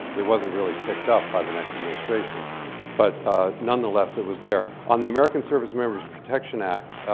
it wasn't really picked up by the next administration but nonetheless, it was there. on the american service-members' protection act,